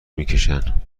میکشن